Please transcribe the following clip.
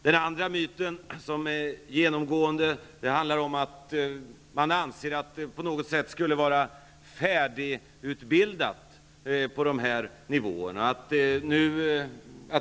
Den andra myten handlar genomgående om att man anser att det skulle vara färdigutbildat på dessa nivåer.